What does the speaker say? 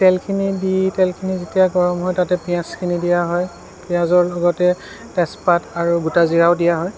তেলখিনি দি তেলখিনি যেতিয়া গৰম হয় তাত পিয়াঁজখিনি দিয়া হয় পিয়াঁজৰ লগতে তেজপাত আৰু গোটা জিৰাও দিয়া হয়